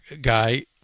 guy